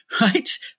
right